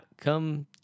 come